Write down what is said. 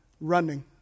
running